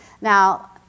Now